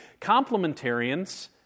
complementarians